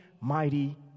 mighty